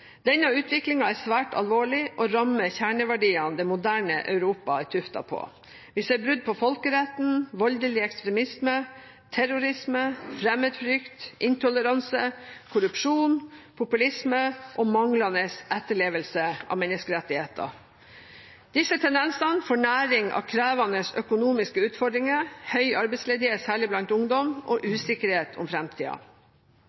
Denne utviklingen er svært alvorlig og rammer kjerneverdiene det moderne Europa er tuftet på. Vi ser brudd på folkeretten, voldelig ekstremisme, terrorisme, fremmedfrykt, intoleranse, korrupsjon, populisme og manglende etterlevelse av menneskerettigheter. Disse tendensene får næring av krevende økonomiske utfordringer, høy arbeidsledighet, særlig blant ungdom, og